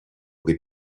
che